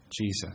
Jesus